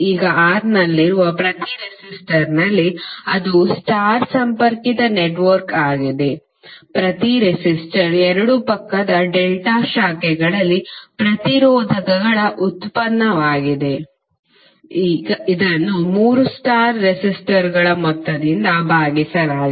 ಈಗ R ನಲ್ಲಿನ ಪ್ರತಿ ರೆಸಿಸ್ಟರ್ನಲ್ಲಿ ಅದು ಸ್ಟಾರ್ ಸಂಪರ್ಕಿತ ನೆಟ್ವರ್ಕ್ ಆಗಿದೆ ಪ್ರತಿ ರೆಸಿಸ್ಟರ್ 2 ಪಕ್ಕದ ಡೆಲ್ಟಾ ಶಾಖೆಗಳಲ್ಲಿ ಪ್ರತಿರೋಧಕಗಳ ಉತ್ಪನ್ನವಾಗಿದೆ ಇದನ್ನು 3 ಸ್ಟಾರ್ ರೆಸಿಸ್ಟರ್ಗಳ ಮೊತ್ತದಿಂದ ಭಾಗಿಸಲಾಗಿದೆ